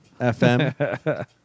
FM